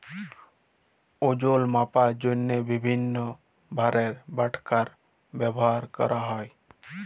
ওজল মাপার জ্যনহে বিভিল্ল্য ভারের বাটখারা ব্যাভার ক্যরা হ্যয়